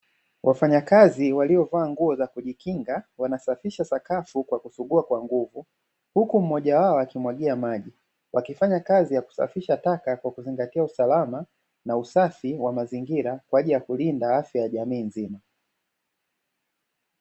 Wafanyakazi waliovaa nguo za kujikinga, wanasafisha sakafu kwa kusugua kwa nguvu. Huku mmoja wao akimwagia maji, wakifanya kazi ya kusafiha taka kwa kuzingatia usalama na usafi wa mazingira, kwa ajili ya kulinda afya ya jamii nzima.